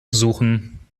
suchen